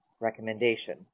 Recommendation